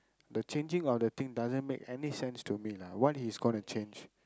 the changing of the thing doesn't make any sense to me lah what he is gonna change